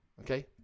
okay